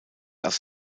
aus